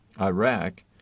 Iraq